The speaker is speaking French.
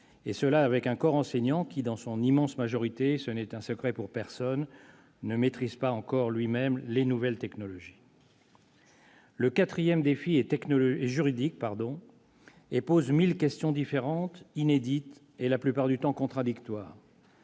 et cela avec un corps enseignant qui, dans son immense majorité, et ce n'est un secret pour personne, ne maîtrise pas encore lui-même les nouvelles technologies. Le quatrième défi est juridique et pose mille questions différentes, inédites et, la plupart du temps, contradictoires.